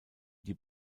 die